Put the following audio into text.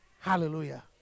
Hallelujah